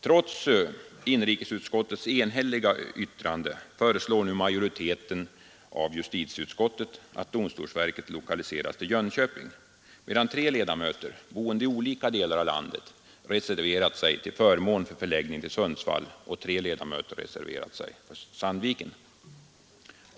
Trots inrikesutskottets enhälliga yttrande föreslår nu majoriteten av justitieutskottet att domstolsverket lokaliseras till Jönköping, medan tre ledamöter, boende i olika delar av landet, reserverat sig till förmån för en förläggning till Sundsvall samt tre ledamöter reserverat sig för Sandviken.